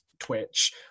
Twitch